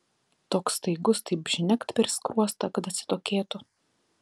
toks staigus taip žnekt per skruostą kad atsitokėtų